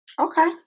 okay